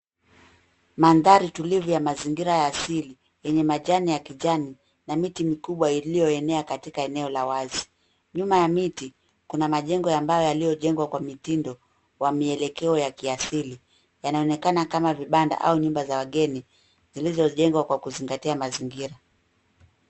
Mandhari tulivu ya mazingira ya asili yenye majani ya kijani na miti mikubwa iliyoenea katika eneo la wazi. Nyuma ya miti kuna majengo ambayo yaliyojengwa kwa mitindo wa mielekeo wa kiasili. Yanaonekana kama vibanda ama nyumba za wageni zilizojengwa kwa kuzingatia mazingira.